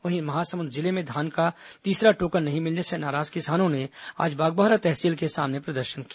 वहीं महासमुंद जिले में धान का तीसरा टोकन नहीं मिलने से नाराज किसानों ने आज बागबाहरा तहसील के सामने प्रदर्शन किया